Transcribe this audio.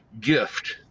gift